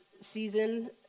season